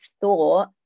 thought